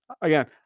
again